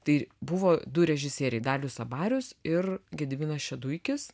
tai buvo du režisieriai dalius abarius ir gediminas šeduikis